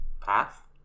path